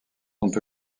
sont